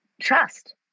trust